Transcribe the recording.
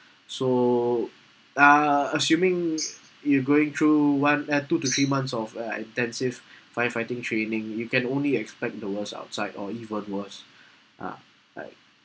so uh assuming you're going through one uh two to three months of uh intensive firefighting training you can only expect the worst outside or even worse ah like